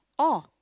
oh